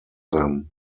them